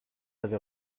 avait